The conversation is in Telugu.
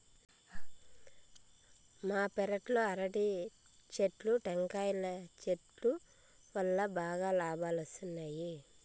మా పెరట్లో అరటి చెట్లు, టెంకాయల చెట్టు వల్లా బాగా లాబాలొస్తున్నాయి